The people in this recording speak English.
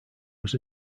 was